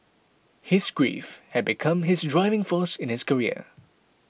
his grief had become his driving force in his career